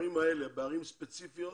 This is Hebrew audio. בערים האלה, בערים הספציפיות